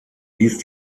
ließ